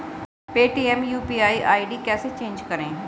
Paytm UPI ID कैसे change करें?